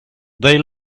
they